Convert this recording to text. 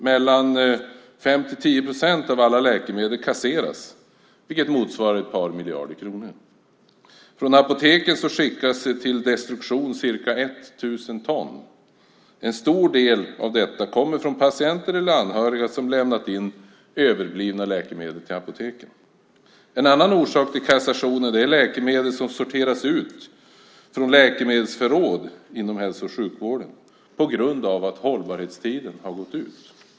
Mellan 5 och 10 procent av alla läkemedel kasseras, vilket motsvarar ett par miljarder kronor. Från apoteken skickas ca 1 000 ton till destruktion. En stor del av detta kommer från patienter eller anhöriga som har lämnat in överblivna läkemedel till apoteket. En annan orsak till kassationen är läkemedel som har sorterats ut från läkemedelsförråd på våra sjukhus på grund av att hållbarhetstiden har gått ut.